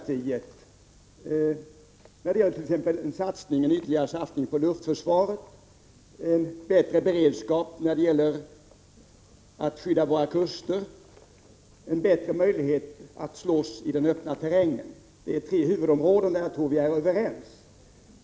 Det gäller t.ex. en ytterligare satsning på luftförsvaret, bättre beredskap för att skydda våra kuster, bättre möjlighet att slåss i den öppna terrängen. Det är tre huvudområden där jag tror att vi är överens.